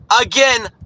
again